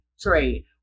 trade